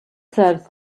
serves